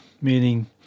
meaning